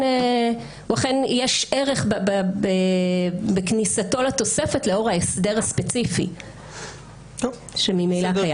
יש ערך בכניסתו לתוספת לאור ההסדר הספציפי שממילא קיים.